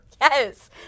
Yes